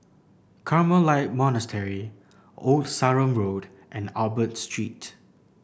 Carmelite Monastery Old Sarum Road and Albert Street